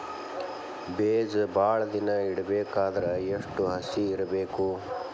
ಬೇಜ ಭಾಳ ದಿನ ಇಡಬೇಕಾದರ ಎಷ್ಟು ಹಸಿ ಇರಬೇಕು?